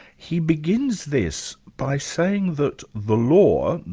he begins this by saying that the law,